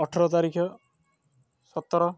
ଅଠର ତାରିଖ ସତର